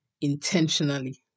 intentionally